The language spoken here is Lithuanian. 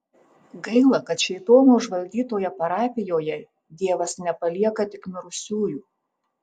gaila kad šėtono užvaldytoje parapijoje dievas nepalieka tik mirusiųjų